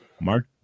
Mark